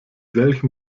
welchem